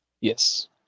yes